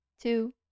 two